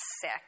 sick